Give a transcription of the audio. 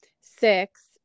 six